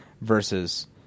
versus